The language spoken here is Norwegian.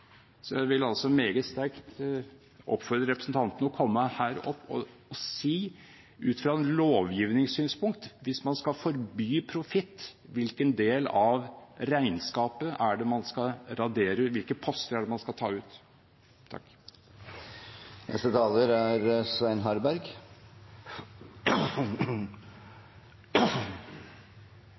Jeg vil meget sterkt oppfordre representanten Bergstø om å komme hit opp og si – ut ifra et lovgivningssynspunkt og hvis man skal forby profitt – hvilke poster i regnskapet man skal